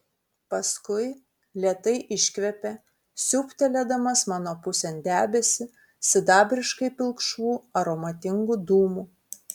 paskui lėtai iškvėpė siūbtelėdamas mano pusėn debesį sidabriškai pilkšvų aromatingų dūmų